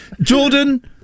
Jordan